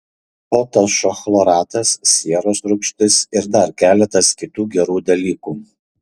potašo chloratas sieros rūgštis ir dar keletas kitų gerų dalykų